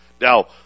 now